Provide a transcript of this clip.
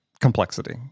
complexity